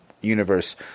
universe